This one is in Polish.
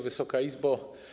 Wysoka Izbo!